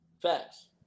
Facts